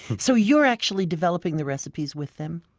so you're actually developing the recipes with them?